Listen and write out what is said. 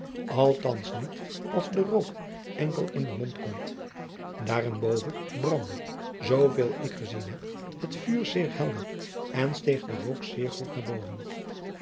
althands niet als de rook enkel in den mond komt daarenboven brandde zooveel ik gezien heb het vuur zeer helder en steeg de rook zeer goed naar boven